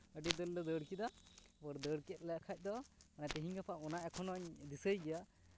ᱟᱹᱰᱤ ᱫᱟᱹᱲᱞᱮ ᱫᱟᱹᱲ ᱠᱮᱫᱟ ᱮᱨᱯᱚᱨ ᱫᱟᱹᱲ ᱠᱮᱫ ᱞᱮ ᱠᱷᱟᱱ ᱫᱚ ᱢᱟᱱᱮ ᱛᱤᱦᱤᱧ ᱜᱟᱯᱟ ᱚᱱᱟ ᱮᱠᱷᱚᱱ ᱦᱚᱸᱧ ᱫᱤᱥᱟᱹᱭ ᱜᱮᱭᱟ